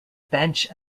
bench